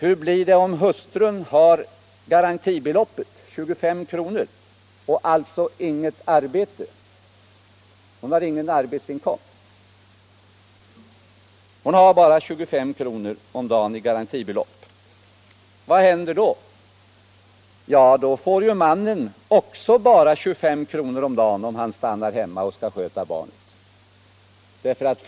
Hur blir det om hustrun inte har någon arbetsinkomst utan bara 25 kr. om dagen i garantibelopp? Vad händer då? Jo, då får mannen också bara 25 kr. om dagen, om han stannar hemma för att sköta barnet.